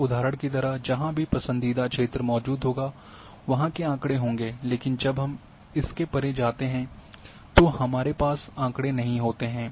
इस उदाहरण की तरह जहाँ भी पसंदीदा क्षेत्र मौजूद होगा वहाँ के आँकड़े होंगे लेकिन जब हम इसके परे जाते हैं तो हमारे पास आँकड़े नहीं होते हैं